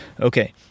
okay